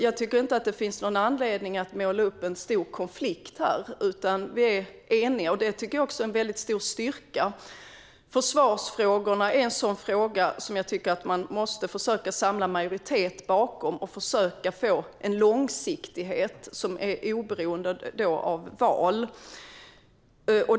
Jag tycker inte att det finns någon anledning att måla upp en stor konflikt här. Vi är eniga, och det tycker jag är en väldigt stor styrka. Försvarsfrågorna hör till de frågor som jag tycker att man måste försöka samla majoritet bakom. Man måste försöka få en långsiktighet som är oberoende av val.